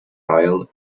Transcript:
aisle